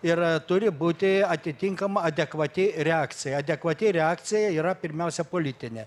ir turi būti atitinkama adekvati reakcija adekvati reakcija yra pirmiausia politinė